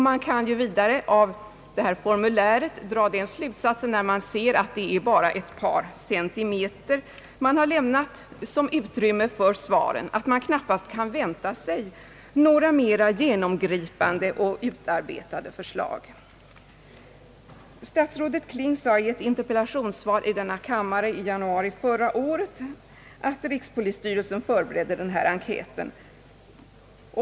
Man kan vidare av detta formulär, när man ser att det bara är ett par centimeter som man har lämnat som utrymme för svaren, dra den slutsatsen att man knappast kan vänta sig några mera genomgripande och utarbetade förslag. Statsrådet Kling omtalade i ett interpellationssvar i denna kammare i januari förra året att rikspolisstyrelsen förberedde denna enkät.